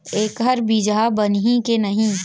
एखर बीजहा बनही के नहीं?